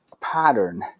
pattern